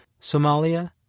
Somalia